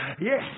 Yes